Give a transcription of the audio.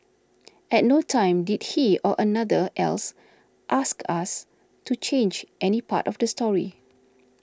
at no time did he or anyone else ask us to change any part of the story